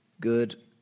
Good